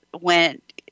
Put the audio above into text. went